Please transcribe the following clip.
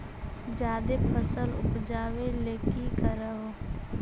जादे फसल उपजाबे ले की कर हो?